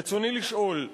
רצוני לשאול: